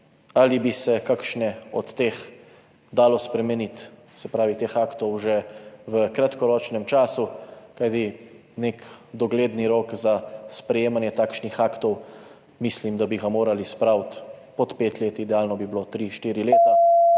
Ali bi se katere od teh aktov dalo spremeniti že v kratkoročnem času? Kajti nek dogledni rok za sprejemanje takšnih aktov mislim, da bi morali spraviti pod pet let, idealno bi bilo tri, štiri leta.